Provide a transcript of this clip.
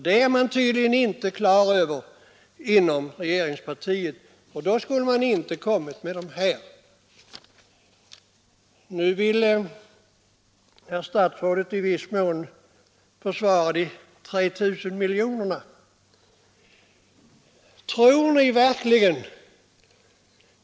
Det är man tydligen inte på det klara med inom regeringspartiet. Annars skulle man inte komma med sådana här uppgifter. Nu vill herr statsrådet i viss mån försvara de 3 000 miljoner kronorna.